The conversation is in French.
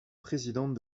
présidente